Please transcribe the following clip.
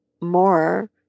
more